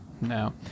no